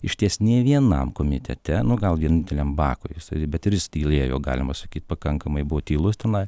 išties nė vienam komitete nu gal vieninteliam bakui jisai bet ir jis tylėjo galima sakyt pakankamai buvo tylus tenai